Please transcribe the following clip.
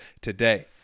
today